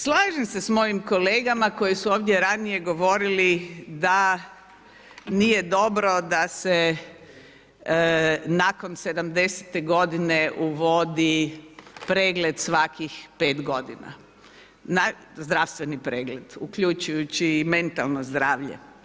Slažem se sa mojim kolegama koji su ovdje ranije govorili da nije dobro da se nakon 70. godine uvodi pregled svakih 5 godina, zdravstveni pregled uključujući i mentalno zdravlje.